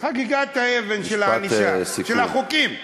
חגיגת האבן של הענישה, של החוקים.